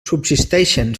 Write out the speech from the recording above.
subsisteixen